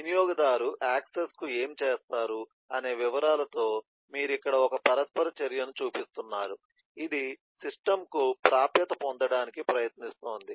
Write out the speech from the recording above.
వినియోగదారు యాక్సెస్కు ఏమి చేస్తారు అనే వివరాలతో మీరు ఇక్కడ ఒక పరస్పర చర్యను చూపిస్తున్నారు ఇది సిస్టమ్కు ప్రాప్యత పొందడానికి ప్రయత్నిస్తోంది